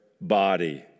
body